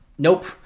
Nope